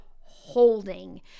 holding